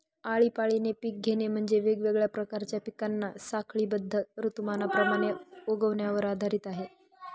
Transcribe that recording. आळीपाळीने पिक घेणे म्हणजे, वेगवेगळ्या प्रकारच्या पिकांना साखळीबद्ध ऋतुमानाप्रमाणे उगवण्यावर आधारित आहे